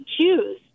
choose